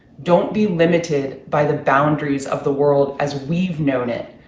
don't be limited by the boundaries of the world as we've known it.